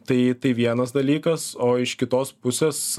tai tai vienas dalykas o iš kitos pusės